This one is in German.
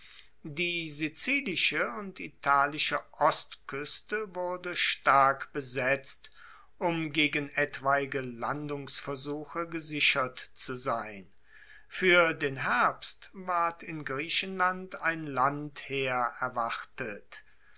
die sizilische und italische ostkueste wurde stark besetzt um gegen etwaige landungsversuche gesichert zu sein fuer den herbst ward in griechenland ein landheer erwartet